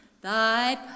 thy